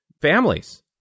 families